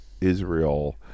Israel